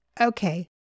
okay